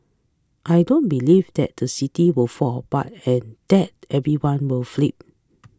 I don't believe that the city will fall apart and that everyone will flee